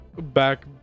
back